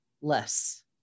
less